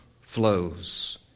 Flows